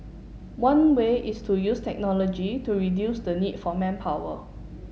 one way is to use technology to reduce the need for manpower